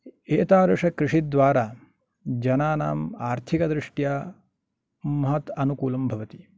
एतादृशकृषिद्वारा जनानाम् आर्थिकदृष्ट्या महत् अनुकूलं भवति